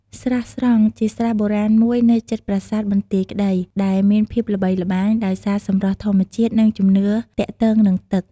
ស្រះស្រង់ ជាស្រះបុរាណមួយនៅជិតប្រាសាទបន្ទាយក្តី ដែលមានភាពល្បីល្បាញដោយសារសម្រស់ធម្មជាតិ និងជំនឿទាក់ទងនឹងទឹក។